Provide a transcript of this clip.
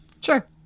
sure